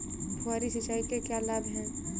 फुहारी सिंचाई के क्या लाभ हैं?